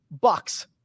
bucks